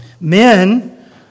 Men